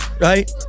right